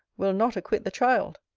will not acquit the child.